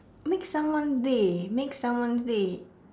make someone day make someone's day